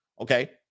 Okay